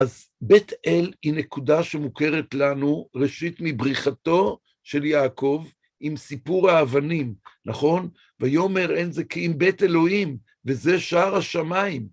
אז בית-אל היא נקודה שמוכרת לנו, ראשית, מבריחתו של יעקב עם סיפור האבנים, נכון? ויאמר, אין זה כי אם בית אלוהים וזה שער השמיים.